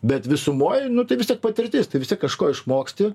bet visumoj tai vis tiek patirtis tai vis tiek kažko išmoksti